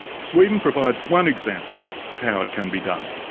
sweden provides one example of how it can be done,